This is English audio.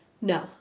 No